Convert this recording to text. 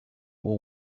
will